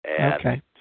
Okay